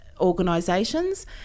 organisations